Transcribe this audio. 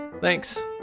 Thanks